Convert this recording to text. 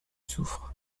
soufre